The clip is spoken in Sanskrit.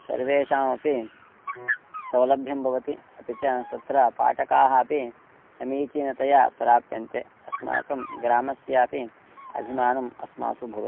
सर्वेषामपि सौलभ्यं भवति अपि च तत्र पाठकाः अपि समीचीनतया प्राप्यन्ते अस्माकं ग्रामस्यापि अभिमानम् अस्मासु भवति